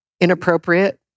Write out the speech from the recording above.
inappropriate